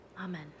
Amen